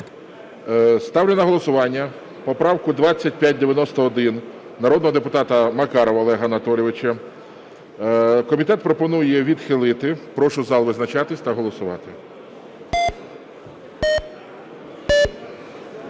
Ставлю на голосування поправку 2591 народного депутата Макарова Олега Анатолійовича. Комітет пропонує відхилити. Прошу зал визначатись та голосувати.